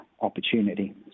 opportunity